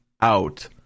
out